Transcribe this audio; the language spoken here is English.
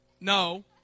No